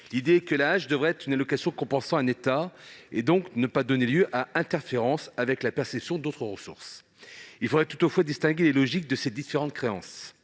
L'idée est que l'AAH devrait être une allocation compensant un état et ne devrait donc pas donner lieu à interférence avec la perception d'autres ressources. Il faudrait toutefois distinguer les logiques de ces différentes créances.